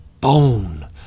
Bone